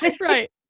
right